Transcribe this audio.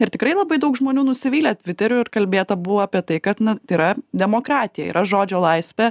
ir tikrai labai daug žmonių nusivylę tviteriu ir kalbėta buvo apie tai kad na tai yra demokratija yra žodžio laisvė